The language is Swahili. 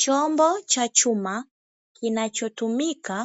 Chombo cha chuma kinachotumika